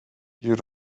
you